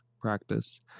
practice